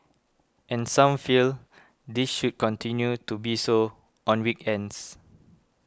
and some feel this should continue to be so on weekends